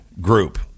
group